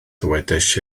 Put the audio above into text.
dywedais